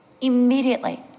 immediately